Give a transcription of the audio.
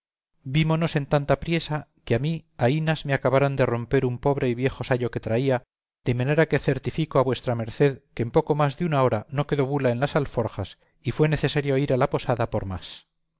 vímonos en tanta priesa que a mí aínas me acabaran de romper un pobre y viejo sayo que traía de manera que certifico a v m que en poco más de una hora no quedó bula en las alforjas y fue necesario ir a la posada por más